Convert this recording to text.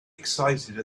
excited